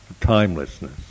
timelessness